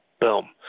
boom